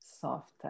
Soft